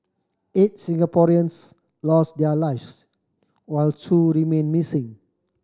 eight Singaporeans lost their lives while two remain missing